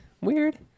weird